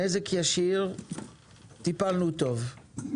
נזק ישיר טיפלנו טוב,